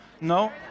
no